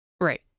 Right